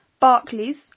Barclays